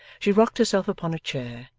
she rocked herself upon a chair,